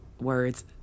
words